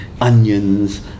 onions